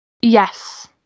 Yes